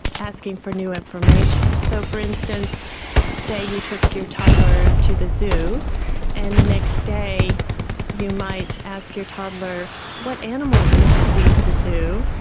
asking for new information. so for instance say you took your toddler to the zoo and the next day you might ask your toddler what animals did we see at the zoo?